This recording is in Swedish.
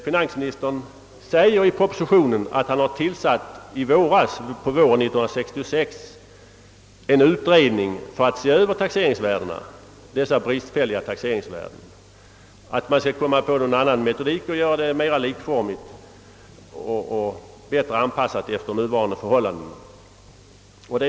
Finansministern uttalar i propositionen att han under våren 1966 har tillsatt en utredning för att se över dessa bristfälliga taxeringsvärden. Man skall försöka finna en annan metodik och göra fastighetstaxeringen mera likformig och bättre anpassad till nuvarande förhållanden.